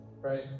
right